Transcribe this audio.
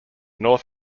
north